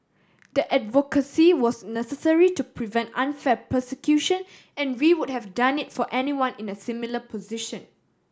the advocacy was necessary to prevent unfair persecution and we would have done it for anyone in a similar position